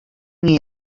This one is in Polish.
nie